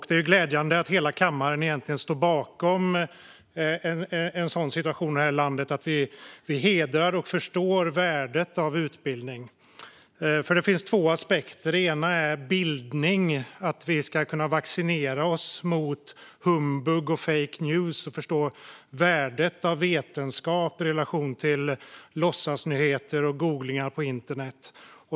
Det är glädjande att hela kammaren egentligen står bakom en sådan ordning här i landet där vi hedrar och förstår värdet av utbildning. Det finns två aspekter. Det ena är bildning. Vi ska kunna vaccinera oss mot humbug och fake news och förstå värdet av vetenskap i relation till låtsasnyheter och googlingar på internet.